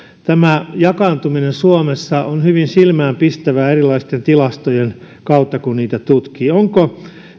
tämä jakaantuminen suomessa on hyvin silmäänpistävää erilaisten tilastojen kautta kun niitä tutkii onko